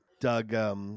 Doug